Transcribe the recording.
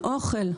האוכל,